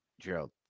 Gerald